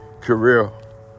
career